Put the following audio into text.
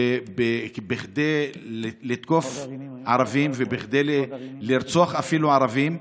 בכדי לתקוף ערבים ובכדי לרצוח אפילו ערבים,